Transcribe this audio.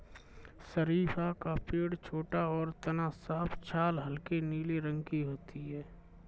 शरीफ़ा का पेड़ छोटा और तना साफ छाल हल्के नीले रंग की होती है